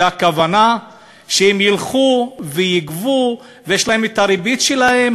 והכוונה שהם ילכו ויגבו, ויש להם הריבית שלהם.